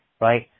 right